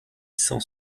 cent